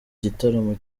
gitaramo